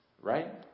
right